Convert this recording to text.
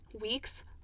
weeks